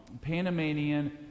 Panamanian